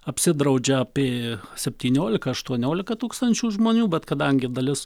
apsidraudžia apie septyniolika aštuoniolika tūkstančių žmonių bet kadangi dalis